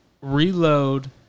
reload